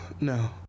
no